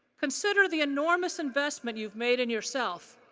consider the enormous investment you have made in yourself,